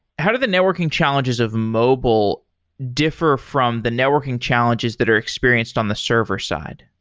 how do the networking challenges of mobile differ from the networking challenges that are experienced on the server-side?